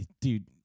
dude